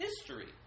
history